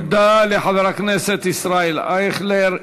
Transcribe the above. תודה לחבר הכנסת ישראל אייכלר.